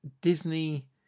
Disney